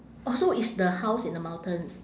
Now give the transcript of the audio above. oh so it's the house in the mountains